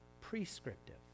prescriptive